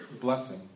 Blessing